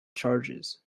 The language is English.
charges